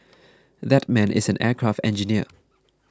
that man is an aircraft engineer